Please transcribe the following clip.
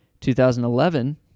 2011